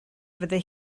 fyddai